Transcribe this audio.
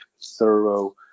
thorough